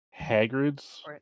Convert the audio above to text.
Hagrid's